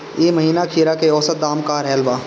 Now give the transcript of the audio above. एह महीना खीरा के औसत दाम का रहल बा?